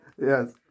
Yes